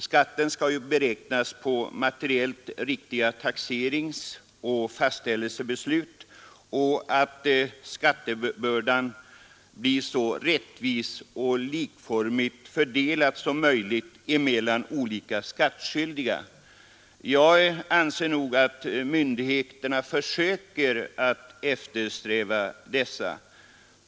Skatten skall ju beräknas på materiellt riktiga taxeringsoch fastställelsebeslut, så att skattebördan blir så likformigt och rättvist fördelad som möjligt mellan olika skattskyldiga. Jag anser nog att myndigheterna försöker uppnå dessa önskemål.